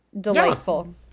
delightful